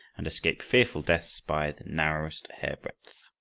and escape fearful deaths by the narrowest hairbreadth.